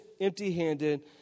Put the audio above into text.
empty-handed